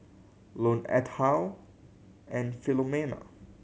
Lone Ethyle and Filomena